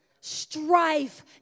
strife